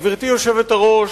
גברתי היושבת-ראש,